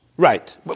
Right